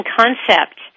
concept